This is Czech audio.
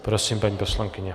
Prosím, paní poslankyně.